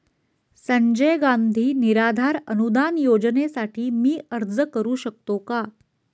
संजय गांधी निराधार अनुदान योजनेसाठी मी अर्ज करू शकतो का?